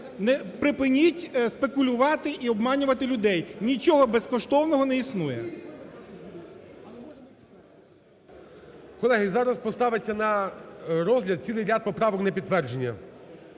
Припиніть спекулювати і обманювати людей, нічого безкоштовного не існує. ГОЛОВУЮЧИЙ. Колеги, зараз поставиться на розгляд цілий ряд поправок на підтвердження.